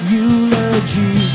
eulogy